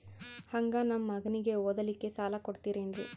ಹಂಗ ನಮ್ಮ ಮಗನಿಗೆ ಓದಲಿಕ್ಕೆ ಸಾಲ ಕೊಡ್ತಿರೇನ್ರಿ?